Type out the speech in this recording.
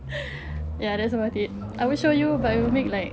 ya that's about it I will show you but it will make like